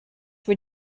were